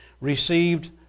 received